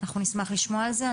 אנחנו נשמח לשמוע על זה.